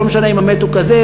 זה לא משנה אם המת הוא כזה,